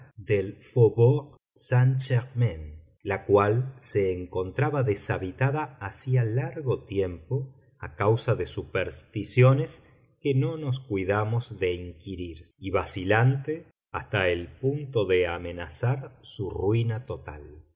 del faubourg saint germáin la cual se encontraba deshabitaba hacía largo tiempo a causa de supersticiones que no nos cuidamos de inquirir y vacilante hasta el punto de amenazar su ruina total